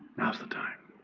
now is the time,